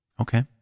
Okay